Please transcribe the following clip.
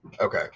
Okay